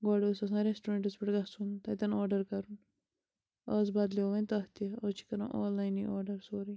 گۄڈٕ اوس آسان ریٚسٹورنٛٹَس پٮ۪ٹھ گژھُن تَتیٚن آرڈَر کَرُن آز بَدلیٛو وۄنۍ تَتھ تہِ آز چھِ کَران آن لاینٕے آرڈَر سورٕے